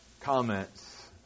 Comments